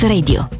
Radio